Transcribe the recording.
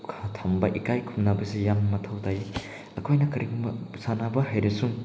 ꯈꯔ ꯊꯝꯕ ꯏꯀꯥꯏ ꯈꯨꯝꯅꯕꯁꯤ ꯌꯥꯝ ꯃꯊꯧ ꯇꯥꯏ ꯑꯩꯈꯣꯏꯅ ꯀꯔꯤꯒꯨꯝꯕ ꯁꯥꯟꯅꯕ ꯍꯩꯔꯁꯨ